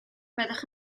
byddwch